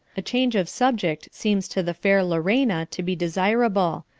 a change of subject seems to the fair lorena to be desirable,